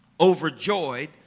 Overjoyed